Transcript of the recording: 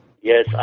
Yes